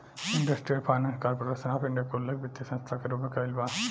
industrial finance corporation of India के उल्लेख वित्तीय संस्था के रूप में कईल बा